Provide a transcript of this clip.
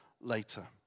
later